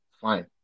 fine